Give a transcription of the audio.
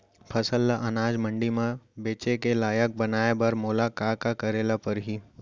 फसल ल अनाज मंडी म बेचे के लायक बनाय बर मोला का करे ल परही?